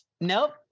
Nope